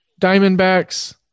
Diamondbacks